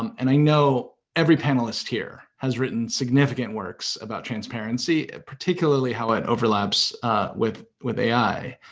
um and i know every panelist here has written significant works about transparency, particularly how it overlaps with with ai.